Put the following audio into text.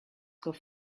could